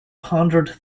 pondered